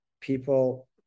people